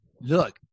Look